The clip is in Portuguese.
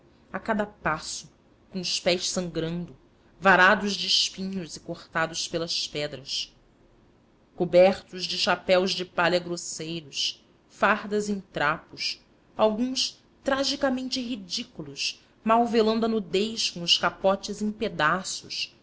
a cada passo com os pés sangrando varados de espinhos e cortados pelas pedras cobertos de chapéus de palha grosseiros fardas em trapos alguns tragicamente ridículos mal velando a nudez com os capotes em pedaços